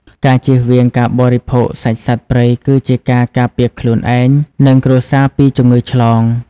ការជៀសវាងការបរិភោគសាច់សត្វព្រៃគឺជាការការពារខ្លួនឯង និងគ្រួសារពីជំងឺឆ្លង។